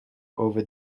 over